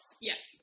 Yes